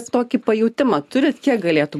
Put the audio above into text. tokį pajutimą turit kiek galėtų